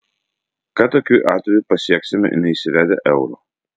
ką tokiu atveju pasieksime neįsivedę euro